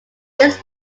this